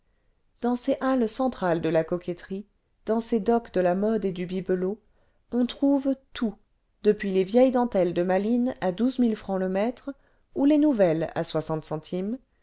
dans ces halles centrales de la coquetterie dans ces docks de la mode et du bibelot on trouve tout depuis les vieilles dentelles de malines à douze mille francs le mètre ou les nouvelles à centimes